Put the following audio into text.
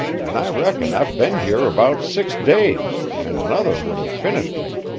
an' i reckon i've been here about six days, and another would have finished me.